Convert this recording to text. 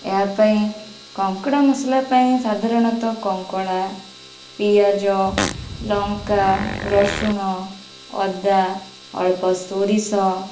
ଏହା ପାଇଁ କଙ୍କଡ଼ା ମସଲା ପାଇଁ ସାଧାରଣତଃ କଙ୍କଡ଼ା ପିଆଜ ଲଙ୍କା ରସୁଣ ଅଦା ଅଳ୍ପ ସୋରିଷ